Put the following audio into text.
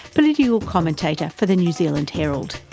political commentator for the new zealand herald.